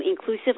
inclusive